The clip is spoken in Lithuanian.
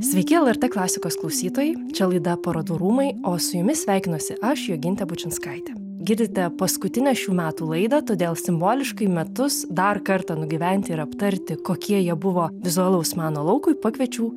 sveiki lrt klasikos klausytojai čia laida parodų rūmai o su jumis sveikinuosi aš jogintė bučinskaitė girdite paskutinę šių metų laidą todėl simboliškai metus dar kartą nugyventi ir aptarti kokie jie buvo vizualaus meno laukui pakviečiau